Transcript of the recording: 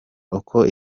uko